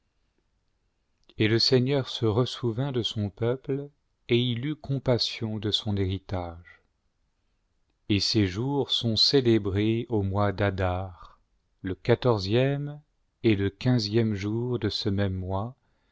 et le seigneur se ressouvint de son peuple et il eut compassion de son héritage et ces jours seront célébrés au mois d'adar le quatorzième et le quinzième jour de ce même mois